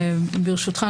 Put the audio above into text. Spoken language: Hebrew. ברשותך,